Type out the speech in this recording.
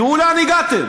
תראו לאן הגעתם.